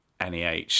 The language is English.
NEH